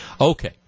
Okay